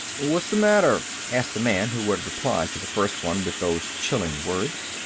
what's the matter? asked the man who had replied to the first one with those chilling words.